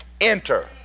enter